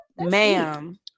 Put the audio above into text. ma'am